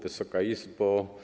Wysoka Izbo!